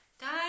guys